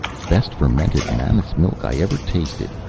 best fermented mammoth's milk i ever tasted,